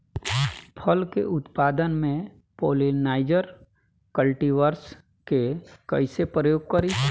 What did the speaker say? फल के उत्पादन मे पॉलिनाइजर कल्टीवर्स के कइसे प्रयोग करी?